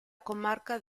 comarca